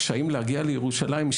הקשיים להגיע לירושלים,